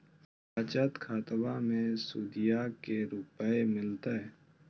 बचत खाताबा मे सुदीया को रूपया मिलते?